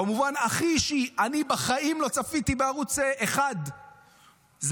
במובן הכי אישי: אני בחיים לא צפיתי בערוץ 1. זה